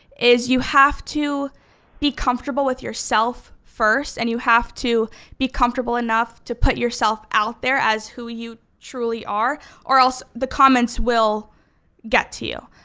is you have to be comfortable with yourself first and you have to be comfortable enough to put yourself out there as who you truly are or else the comments will get to you.